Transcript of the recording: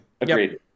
agreed